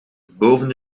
boven